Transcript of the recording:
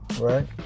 right